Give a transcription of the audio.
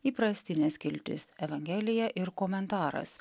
įprastinė skiltis evangelija ir komentaras